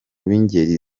b’ingeri